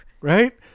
Right